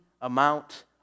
amount